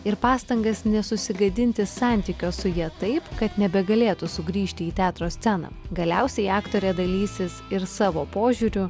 ir pastangas nesusigadinti santykio su ja taip kad nebegalėtų sugrįžti į teatro sceną galiausiai aktorė dalysis ir savo požiūriu